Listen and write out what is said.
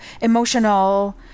emotional